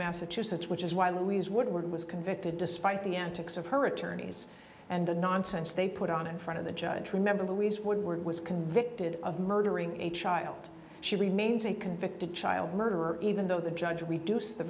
massachusetts which is why louise woodward was convicted despite the antics of her attorneys and the nonsense they put on in front of the judge remember louise woodward was convicted of murdering a child she remains a convicted child murderer even though the judge w